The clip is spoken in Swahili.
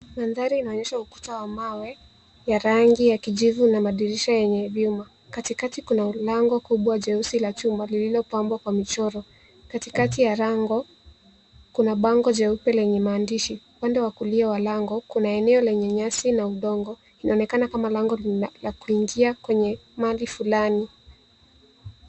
Mandhari inaonyesha ukuta wa mawe, ya rangi ya kijivu, na madirisha yenye vyuma, katikati, kuna lango kubwa jeusi la chuma, lililopambwa kwa michoro, katikati ya lango, kuna bango jeupe lenye maandishi. Upande wa kulia wa bango, kuna eneo lenye nyasi, na udongo, inaonekana kama lango la kuingia kwenye mali fulani.